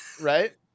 right